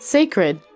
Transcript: Sacred